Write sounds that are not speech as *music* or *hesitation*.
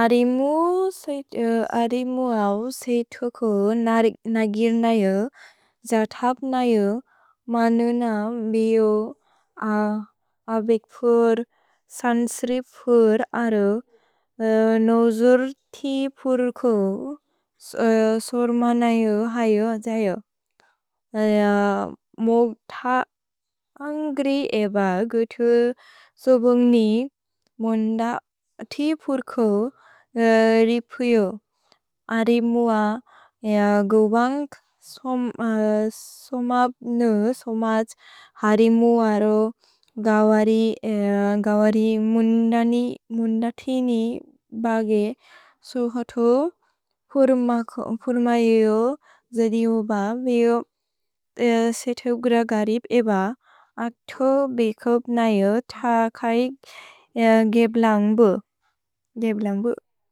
अरिमु *hesitation* अव् सेतो को नगिर्न यु जथप्न नम। मनुन बिउ अबेक्पुर्, सन्स्रिपुर् अरु नोजुर्थिपुर्को सोर्मनयु हयो जयो। मो त अन्ग्रि एव गुतु सोबोन्ग्नि मोन्दथिपुर्को रिपुयो। अरिमु अव् गुवन्ग् सोमत् हरिमु अरु गवरि मोन्दथिनि बगे। सु जथुपुर्म यु जदियोब बिउ सेतुपुर गरिप् एव अक्थो बेकुप् नय त खैक् गेब्लन्ग्बु।